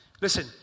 Listen